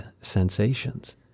sensations